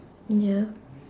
ya